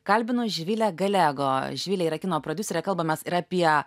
kalbinu živilę galego živilė yra kino prodiuserė kalbamės ir apie